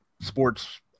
sports